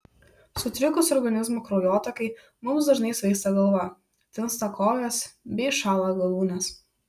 sutrikus organizmo kraujotakai mums dažnai svaigsta galva tinsta kojos bei šąla galūnės